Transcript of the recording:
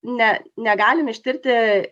ne negalim ištirti